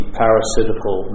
parasitical